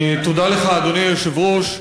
לך, אדוני היושב-ראש.